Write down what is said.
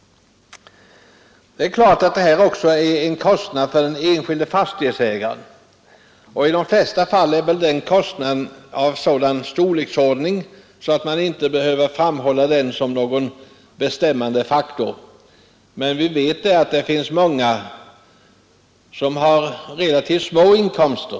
Det är klart att renhållningen också innebär en kostnad för den enskilde fastighetsägaren. I de flesta fall är väl den kostnaden av sådan storleksordning att man inte behöver framhålla den som någon bestämmande faktor, men vi vet att det finns många som har relativt små inkomster.